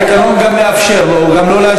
לא, התקנון גם מאפשר לו לא להשיב.